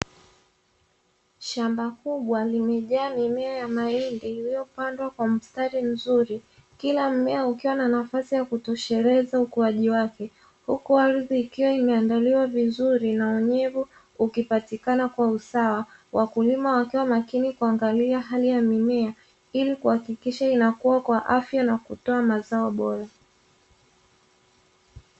Shamba kubwa limejaa mimea ya mahindi iliyopandwa kwa mstari mzuri kila mmea ukiwa na nafasi ya kutosheleza ukuaji wake, huku ardhi ikiwa imeandaliwa vizuri na unyevu ukipatikana kwa usawa, wakulima wakiwa makini kuangalia hali ya mimea ili kuhakikisha inakuwa kwa afya na kutoa mazao bora.